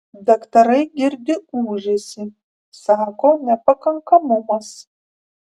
daktarai girdi ūžesį sako nepakankamumas